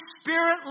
Spirit